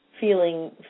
feeling